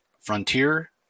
Frontier